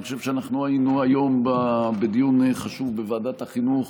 אני חושב שאנחנו היינו היום בדיון חשוב בוועדת החינוך,